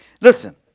Listen